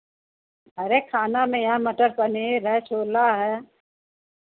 अरे खाना में है मटर पनीर है छोला है